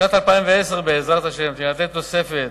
בשנת 2010 תינתן תוספת,